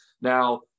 Now